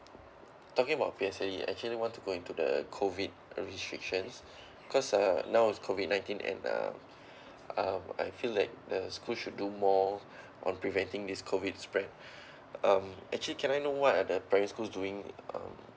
talking about P_S_L_E actually want to go into the COVID restrictions because uh now is COVID nineteen and uh um I feel that the school should do more on preventing this COVID spread um actually can I know what are the primary schools doing um